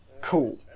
Cool